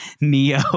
Neo